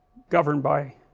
governed by,